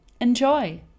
Enjoy